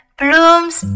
blooms